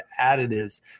additives